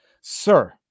Sir